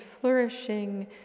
flourishing